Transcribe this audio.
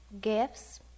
gifts